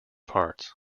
parts